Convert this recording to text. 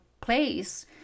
place